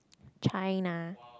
China